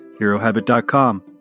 HeroHabit.com